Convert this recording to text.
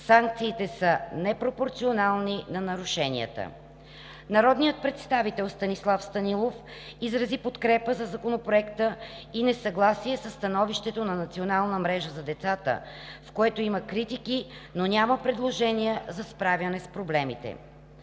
санкциите са непропорционални на нарушенията. Народният представител Станислав Станилов изрази подкрепа за Законопроекта и несъгласие със становището на Национална мрежа за децата, в което има критики, но няма предложения за справяне с проблемите.